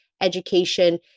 education